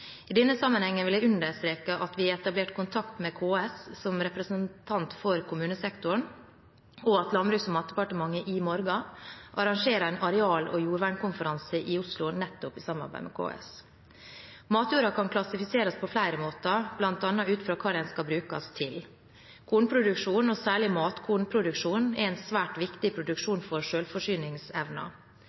I denne sammenhengen vil jeg understreke at vi har etablert kontakt med KS som representant for kommunesektoren, og at Landbruks- og matdepartementet i morgen arrangerer en areal- og jordvernkonferanse i Oslo, nettopp i samarbeid med KS. Matjorda kan klassifiseres på flere måter, bl.a. ut fra hva den skal brukes til. Kornproduksjonen, og særlig matkornproduksjonen, er en svært viktig produksjon for